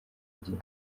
igihe